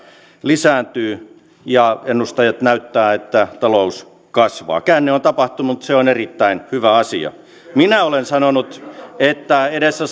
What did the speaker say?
lisääntyy ja ennusteet näyttävät että talous kasvaa käänne on tapahtunut se on erittäin hyvä asia minä olen sanonut että edessä